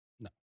No